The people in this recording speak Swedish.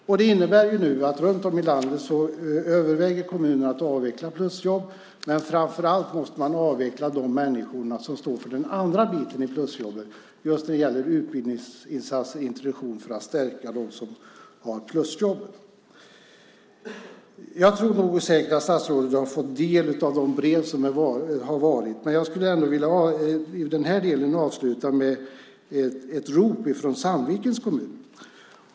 Detta innebär nu att kommuner runt om i landet överväger att avveckla plusjobb. Framför allt måste man avveckla de människor som står för den andra biten i plusjobben. Det gäller just utbildningsinsatser och introduktion för att stärka dem som har plusjobb. Jag tror säkert att statsrådet har fått del av de brev som har kommit. Men jag skulle ändå vilja avsluta den här delen med ett rop från Sandvikens kommun.